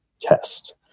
test